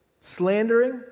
slandering